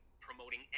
promoting